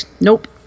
nope